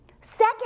Second